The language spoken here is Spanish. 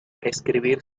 escribir